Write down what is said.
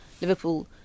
Liverpool